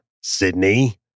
Sydney